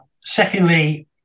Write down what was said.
Secondly